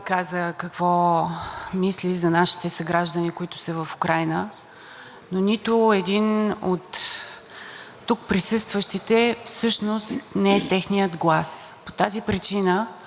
тук присъстващите всъщност не е техният глас. По тази причина ние ще си позволим да прочетем писмото на нашите сънародници от Украйна, което преди няколко дни беше изпратено до